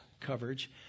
coverage